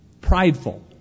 prideful